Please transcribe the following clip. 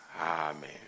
Amen